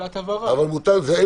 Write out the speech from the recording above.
מותר שאלת הבהרה.